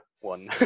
one